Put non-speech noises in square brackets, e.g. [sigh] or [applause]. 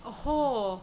[laughs]